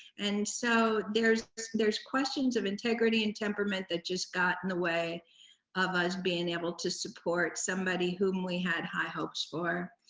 and so, there's there's questions of integrity and temperament that just got in the way of us being able to support somebody whom we had high hopes for.